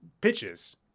pitches